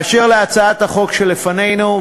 באשר להצעת החוק שלפנינו,